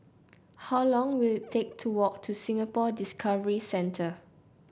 how long will it take to walk to Singapore Discovery Centre